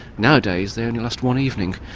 nowadays they only last one evening.